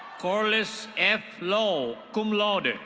corliss f lau, cum laude,